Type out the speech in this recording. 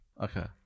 Okay